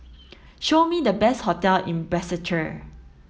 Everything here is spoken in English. show me the best hotel in Basseterre